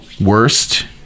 worst